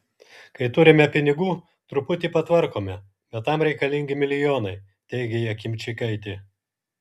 kai turime pinigų truputį patvarkome bet tam reikalingi milijonai teigia jakimčikaitė